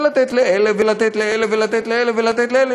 ולתת לאלה ולתת לאלה ולתת אלה ולתת לאלה,